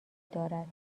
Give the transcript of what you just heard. دارد